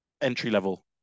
entry-level